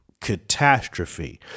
catastrophe